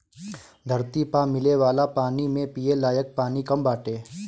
धरती पअ मिले वाला पानी में पिये लायक पानी कम बाटे